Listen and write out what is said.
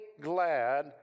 glad